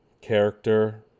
character